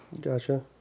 Gotcha